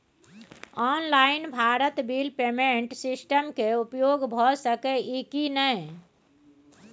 Online Bharat bill payment system के उपयोग भ सके इ की नय?